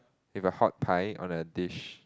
with a hot pie on a dish